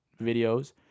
videos